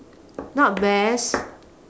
not best